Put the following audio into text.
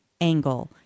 angle